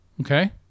okay